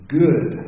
good